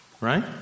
right